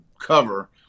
cover